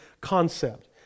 concept